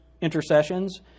intercessions